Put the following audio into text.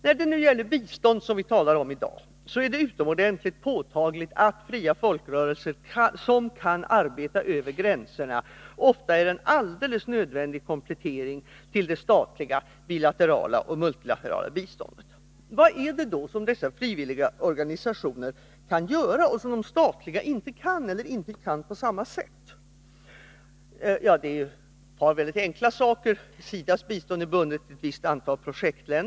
När det gäller bistånd, som vi talar om i dag, är det utomordentligt påtagligt att fria folkrörelser som kan arbeta över gränserna ofta är en alldeles nödvändig komplettering till det statliga bilaterala och multilaterala biståndet. Vad är det då som de frivilliga organisationernas bistånd kan göra och som det statliga inte kan, eller inte kan på samma sätt? Jag kan peka på ett par mycket enkla saker. SIDA:s bistånd är bundet vid ett visst antal projektländer.